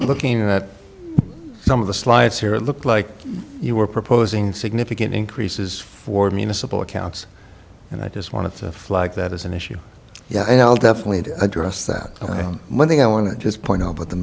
looking at some of the slides here it looked like you were proposing significant increases for municipal accounts and i just want to flag that as an issue yeah i'll definitely address that i don't think i want to just point out